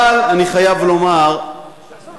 אבל אני חייב לומר שאיך